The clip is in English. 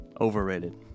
overrated